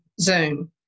Zoom